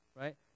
Right